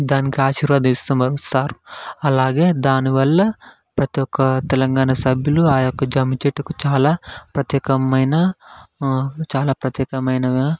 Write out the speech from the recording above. దానికి అశీర్వదిస్తున్నారు సారు అలాగే దానివల్ల ప్రతి ఒక్క తెలంగాణ సభ్యులూ ఆ యొక్క జమ్మిచెట్టుకు చాలా ప్రత్యేకమైన చాలా ప్రత్యేకమైనదిగా